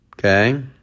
Okay